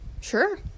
sure